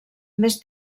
més